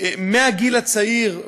מהגיל הצעיר.